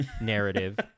narrative